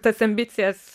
tas ambicijas